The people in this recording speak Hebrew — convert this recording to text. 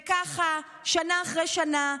וככה שנה אחרי שנה,